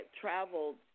traveled